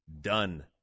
done